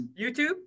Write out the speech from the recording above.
YouTube